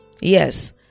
Yes